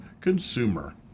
consumer